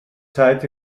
zeit